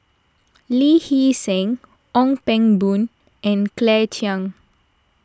Lee Hee Seng Ong Pang Boon and Claire Chiang